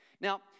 Now